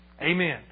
Amen